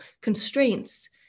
constraints